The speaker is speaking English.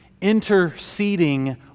interceding